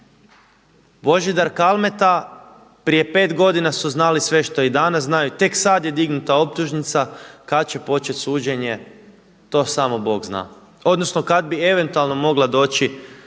Božidar Kalmeta prije pet godina su znali sve što i danas znaju, tek sada je dignuta optužnica. Kada će početi suđenje, to samo Bog zna odnosno kad bi eventualno mogla doći